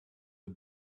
the